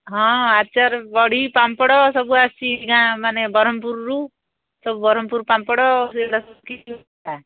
ହଁ ଆଚାର ବଡ଼ି ପାମ୍ପଡ଼ ସବୁ ଆସିଛି ଗାଁ ମାନେ ବରହମପୁରରୁ ସବୁ ବରହମପୁର ପାମ୍ପଡ଼ ସେଇଟା